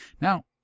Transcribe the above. Now